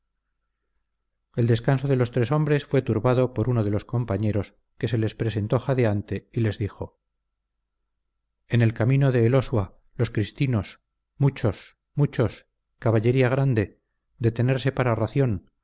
el descanso de los tres hombres fue turbado por uno de los compañeros que se les presentó jadeante y les dijo en el camino de elosua los cristinos muchos muchos caballería grande detenerse para ración